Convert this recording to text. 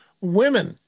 women